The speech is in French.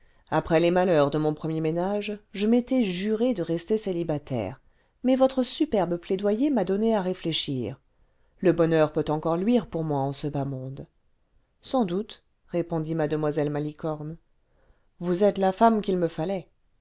après les malheurs de mon premier ménage je m'étais juré cle rester célibataire mais votre superbe plaidoyer m'a donné à réfléchir le bonheur peut encore luire pour moi en ce bas monde sans doute répondit mlle malicorne vous êtes la femme qu'il me fallait